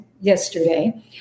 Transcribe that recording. yesterday